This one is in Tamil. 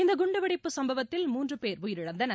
இந்த குண்டுவெடிப்பு சம்பவத்தில் மூன்று பேர் உயிரிழந்தனர்